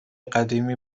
قدیمی